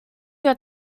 your